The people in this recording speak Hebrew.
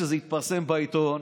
ולכן, כשזה התפרסם בעיתון,